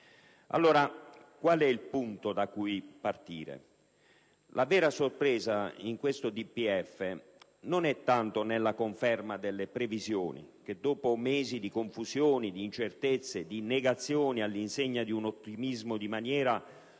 Allora qual è il punto da cui partire? La vera sorpresa, in questo DPEF, non è tanto nella conferma delle previsioni, che dopo mesi di confusione, di incertezze e di negazioni all'insegna di un ottimismo di maniera,